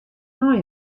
nei